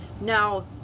now